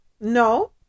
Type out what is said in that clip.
no